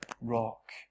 rock